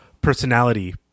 Personality